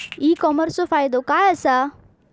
E कॉमर्सचो फायदो काय असा?